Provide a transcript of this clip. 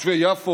תושבי יפו,